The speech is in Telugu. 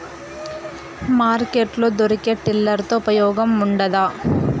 మార్కెట్ లో దొరికే టిల్లర్ తో ఉపయోగం ఉంటుందా?